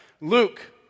Luke